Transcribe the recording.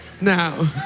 Now